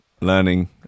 learning